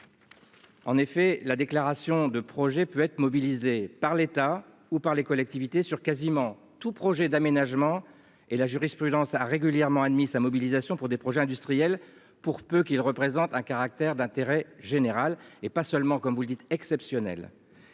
En effet, la déclaration de projet peut être mobilisés par l'État ou par les collectivités sur quasiment tout projet d'aménagement et la jurisprudence a régulièrement admis sa mobilisation pour des projets industriels, pour peu qu'ils représentent un caractère d'intérêt général et pas seulement comme vous le dites exceptionnelles.